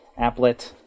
applet